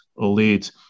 elite